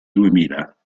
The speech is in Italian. duemila